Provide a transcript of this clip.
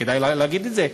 כדאי להגיד את זה.